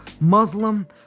Muslim